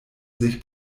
sich